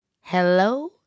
hello